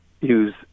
use